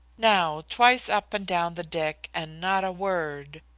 now, twice up and down the deck, and not a word.